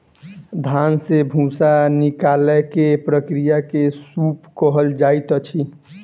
धान से भूस्सा निकालै के प्रक्रिया के सूप कहल जाइत अछि